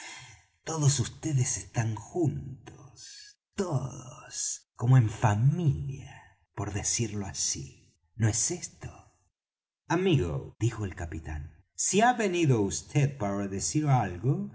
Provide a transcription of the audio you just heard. todos vds están juntos todos como en familia por decirlo así no es esto amigo dijo el capitán si ha venido vd para decir algo